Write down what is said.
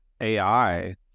AI